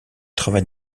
travail